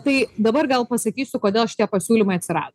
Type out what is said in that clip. tai dabar gal pasakysiu kodėl šitie pasiūlymai atsirado